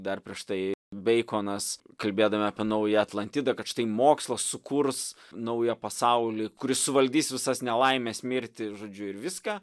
dar prieš tai beikonas kalbėdami apie naująją atlantidą kad štai mokslas sukurs naują pasaulį kuris suvaldys visas nelaimes mirtį žodžiu ir viską